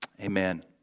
Amen